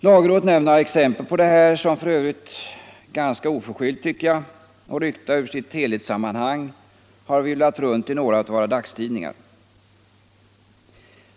Lagrådet nämner några exempel som, enligt min mening, f. ö. ganska oförskyllt och ryckta ur sitt sammanhang har virvlat omkring i några av våra dagstidningar.